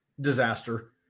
disaster